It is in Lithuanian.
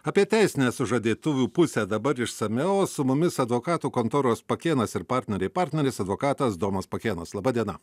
apie teisinę sužadėtuvių pusę dabar išsamiau su mumis advokatų kontoros pakėnas ir partneriai partneris advokatas domas pakėnas laba diena